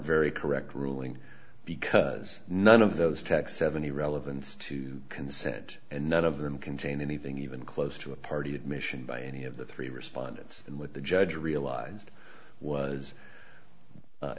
very correct ruling because none of those text seventy relevance to consent and none of them contain anything even close to a party admission by any of the three respondents and what the judge realized was